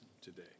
today